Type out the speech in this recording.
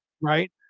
right